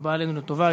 הבא עלינו לטובה,